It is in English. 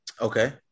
Okay